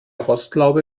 rostlaube